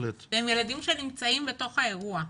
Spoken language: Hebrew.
הם ילדים שנמצאים בתוך האירוע.